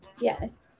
Yes